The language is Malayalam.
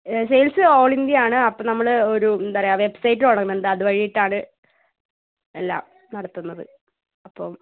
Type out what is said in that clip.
സെയിൽസ് ഓൾ ഇന്ത്യയാണ് അപ്പോൾ നമ്മൾ ഒരു എന്താ പറയുക വെബ്സൈറ്റ് തുടങ്ങുന്നുണ്ട് അതുവഴിയായിട്ടാണ് എല്ലാം നടത്തുന്നത് അപ്പം